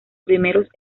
primeros